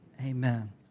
amen